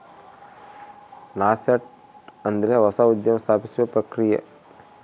nascent ಅಂದ್ರೆ ಹೊಸ ಉದ್ಯಮ ಸ್ಥಾಪಿಸುವ ಪ್ರಕ್ರಿಯೆ